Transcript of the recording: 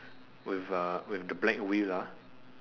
with a with the black wheel ah